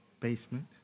basement